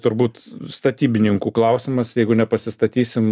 turbūt statybininkų klausimas jeigu nepasistatysim